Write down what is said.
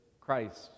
Christ